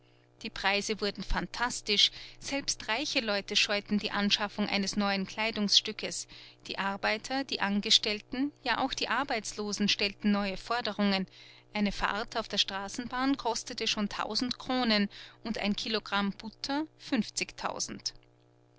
die preise wurden phantastisch selbst reiche leute scheuten die anschaffung eines neuen kleidungsstückes die arbeiter die angestellten ja auch die arbeitslosen stellten neue forderungen eine fahrt auf der straßenbahn kostete schon tausend kronen und ein kilogramm butter fünfzigtausend